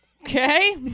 Okay